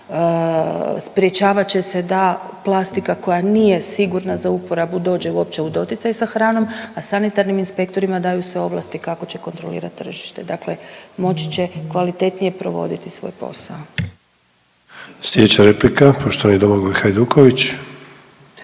sprječavat će se da plastika koja nije sigurna za uporabu dođe uopće u doticaj sa hranom, a sanitarnim inspektorima daju se ovlasti kako će kontrolirat tržište, dakle moći će kvalitetnije provoditi svoj posao.